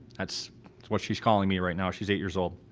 that's what she's calling me right now, she's eight years old,